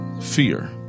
Fear